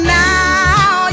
now